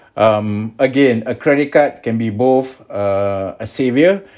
um again a credit card can be both err a savior